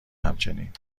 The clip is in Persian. همچنین